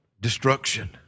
destruction